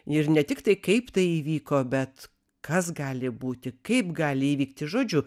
ir ne tik tai kaip tai įvyko bet kas gali būti kaip gali įvykti žodžiu